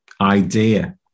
idea